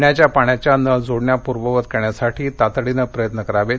पिण्याच्या पाण्याच्या नळ जोडण्या पुर्ववत करण्यासाठी तातडीने प्रयत्न करावेत